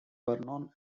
vernon